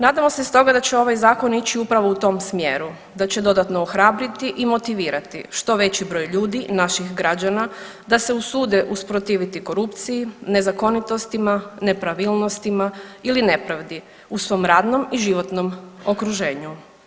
Nadamo se stoga da će ovaj zakon ići upravo u tom smjeru, da će dodatno ohrabriti i motivirati što veći broj ljudi, naših građana, da se usude usprotiviti korupciji, nezakonitostima, nepravilnostima ili nepravdi u svom radnom i životnom okruženju.